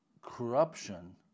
corruption